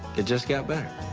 it just got better.